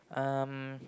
um